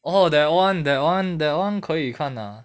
oh that one that one that one 可以看 ah